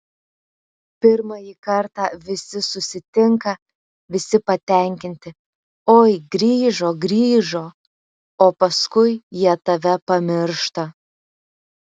pirmąjį kartą visi susitinka visi patenkinti oi grįžo grįžo o paskui jie tave pamiršta